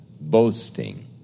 boasting